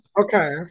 Okay